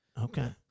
okay